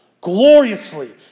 gloriously